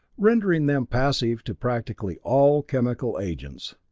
rendering them passive to practically all chemical agents.